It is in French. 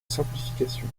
simplification